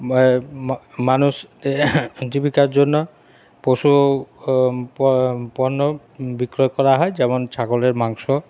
মানুষ জীবিকার জন্য পশু পণ্য বিক্রয় করা হয় যেমন ছাগলের মাংস